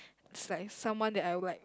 is like someone that I will like